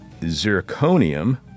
zirconium